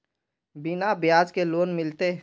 बिना ब्याज के लोन मिलते?